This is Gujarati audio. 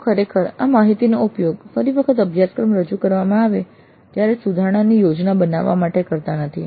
તેઓ ખરેખર આ માહિતીનો ઉપયોગ ફરી વખત અભ્યાસક્રમ રજૂ કરવામાં આવે ત્યારે સુધારણાની યોજના બનાવવા માટે કરતા નથી